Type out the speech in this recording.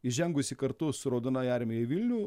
įžengusi kartu su raudonąja armija į vilnių